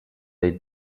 they